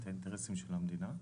את האינטרסים של המדינה.